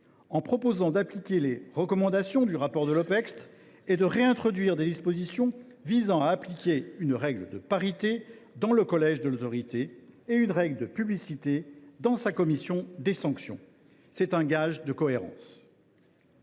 en proposant d’appliquer les recommandations du rapport de l’Opecst et de réintroduire des dispositions visant à appliquer une règle de parité dans le collège de l’autorité et une règle de publicité dans sa commission des sanctions. Voilà un gage de cohérence.